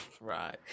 right